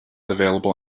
available